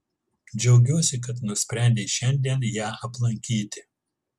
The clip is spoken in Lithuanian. džiaugiuosi kad nusprendei šiandien ją aplankyti